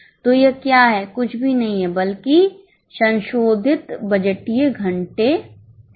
तो यह क्या है कुछ भी नहीं बल्कि संशोधित बजटीय घंटे हैं